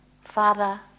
Father